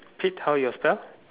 pit how yourself